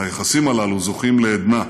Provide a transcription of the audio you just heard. היחסים הללו זוכים לעדנה,